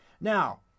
Now